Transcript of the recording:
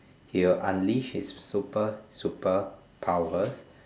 he will unleash his super superpowers